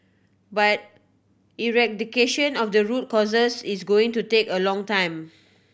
but eradication of the root causes is going to take a long time